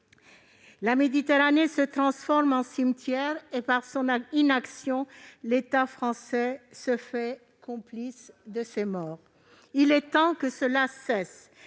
La Méditerranée se transforme en cimetière et, par son inaction, l'État français se fait complice de ces morts. Il est temps que cela cesse